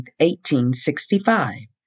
1865